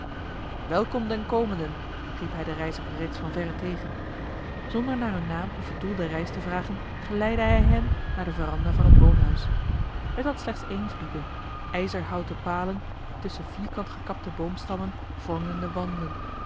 den komenden riep hij den reizigers reeds van verre tegen zonder naar hun naam of het doel der reis te vragen geleidde hij hen naar de veranda van het woonhuis het had slechts eene verdieping ijzerhouten platen tusschen vierkant gekapte boomstammen vormden de wanden